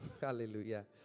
Hallelujah